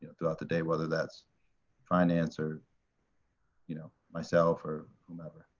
throughout the day, whether that's finance or you know myself or whomever.